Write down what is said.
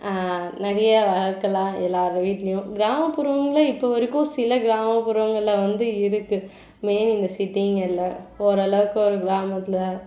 நிறையா வளர்க்கலாம் எல்லார் வீட்லேயும் கிராமப்புறங்களில் இப்போ வரைக்கும் சில கிராமப்புறங்களில் வந்து இருக்குது மெயின் இந்த சிட்டிங்களில் ஓரளவுக்கு ஒரு கிராமத்தில்